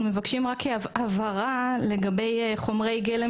אנחנו מבקשים רק הבהרה לגבי חומרי גלם